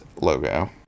logo